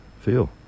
feel